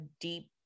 deep